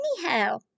anyhow